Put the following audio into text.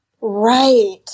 Right